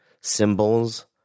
symbols